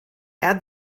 add